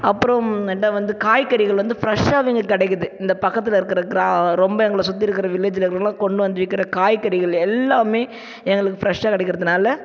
அப்புறம் ரெண்டாவது வந்து காய்கறிகள் வந்து ஃபிரெஷ்ஷாகவே இங்கே கிடைக்குது இந்த பக்கத்தில் இருக்கிற கிரா ரொம்ப எங்களை சுற்றி இருக்கிற வில்லேஜில் இருக்கிறவங்களாம் கொண்டு வந்து விற்கிற காய்கறிகள் எல்லாமே எங்களுக்கு ஃபிரெஷ்ஷாக கிடைக்கிறதுனால